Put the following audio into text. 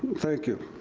thank you.